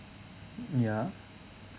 ya